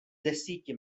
desíti